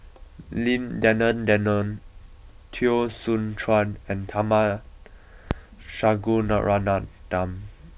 Lim Denan Denon Teo Soon Chuan and Tharman Shanmugaratnam